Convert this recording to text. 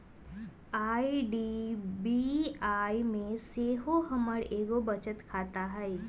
IDBI में सेहो हमर एगो बचत खता हइ